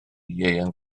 ieuan